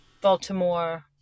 Baltimore